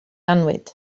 annwyd